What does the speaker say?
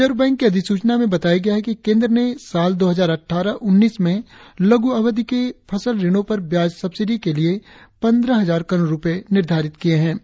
reserve bank की अधिसूचना में बताया गया है कि केंद्र ने साल दो हजार अट्ठारह उन्नीस में लघु अवधि के फसल ऋणों पर ब्याज सब्सिडी के लिए पंद्रह हजार करोड़ रुपये निर्धारित किए हैं